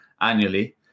annually